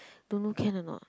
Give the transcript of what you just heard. don't know can or not